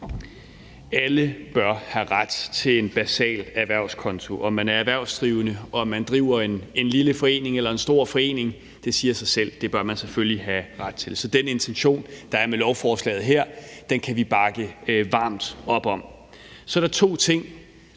Alle bør have ret til en basal erhvervskonto. Om man er erhvervsdrivende, eller om man driver en lille forening eller en stor forening, siger det sig selv, at det bør man selvfølgelig have ret til. Så den intention, der er med lovforslaget her, kan vi bakke varmt op om. Så er der to ting,